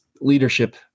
leadership